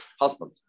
husband